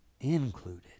included